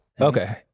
Okay